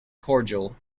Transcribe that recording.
cordial